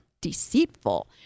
deceitful